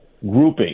grouping